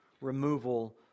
removal